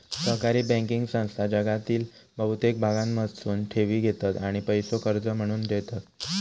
सहकारी बँकिंग संस्था जगातील बहुतेक भागांमधसून ठेवी घेतत आणि पैसो कर्ज म्हणून देतत